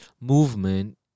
movement